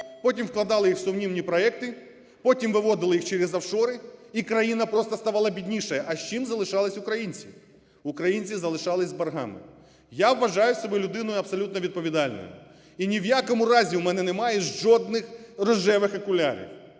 потім вкладали їх в сумнівні проекти, потім виводили їх через офшори і країна просто ставала біднішою. А з чим залишались українці? Українці залишались з боргами. Я вважаю себе людиною абсолютно відповідальною і ні в якому разі у мене немає жодних рожевих окулярів,